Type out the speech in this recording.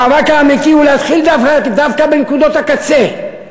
המאבק האמיתי הוא להתחיל דווקא בנקודות הקצה.